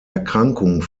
erkrankung